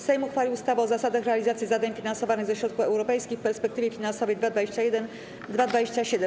Sejm uchwalił ustawę o zasadach realizacji zadań finansowanych ze środków europejskich w perspektywie finansowej 2021-2027.